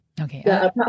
Okay